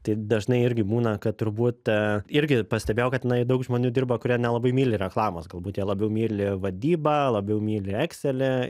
tai dažnai irgi būna kad turbūt irgi pastebėjau kad tenai daug žmonių dirba kurie nelabai myli reklamos galbūt jie labiau myli vadybą labiau myli ekselį